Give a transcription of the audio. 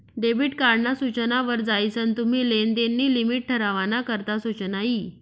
debit card ना सूचना वर जायीसन तुम्ही लेनदेन नी लिमिट ठरावाना करता सुचना यी